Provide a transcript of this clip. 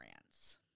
France